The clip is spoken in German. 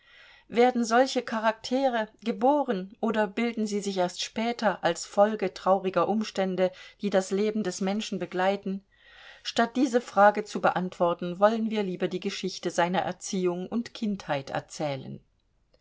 werden solche charaktere geboren oder bilden sie sich erst später als folge trauriger umstände die das leben des menschen begleiten statt diese frage zu beantworten wollen wir lieber die geschichte seiner erziehung und kindheit erzählen